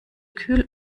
kühl